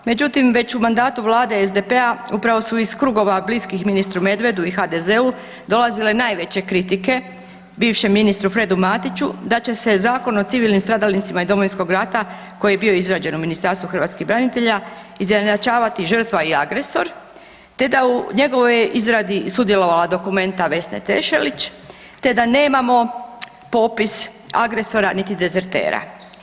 Međutim, već u mandatu Vlade SDP-a upravo su iz krugova bliskih ministru Medvedu i HDZ-u dolazile najveće kritike bivšem ministru Fredu Matiću, da će se Zakon o civilnim stradalnicima Domovinskog rata koji je bio izrađen u Ministarstvu hrvatskih branitelja izjednačavati žrtva i agresor, te da je u njegovoj izradi sudjelovala Documenta Vesne Tešelić, te da nemamo popis agresora niti dezertera.